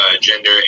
gender